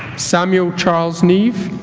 samuel charles neeve